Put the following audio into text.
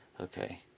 okay